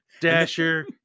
dasher